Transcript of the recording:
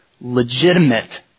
legitimate